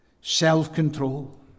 self-control